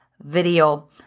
video